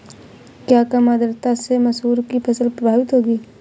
क्या कम आर्द्रता से मसूर की फसल प्रभावित होगी?